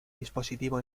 dispositivo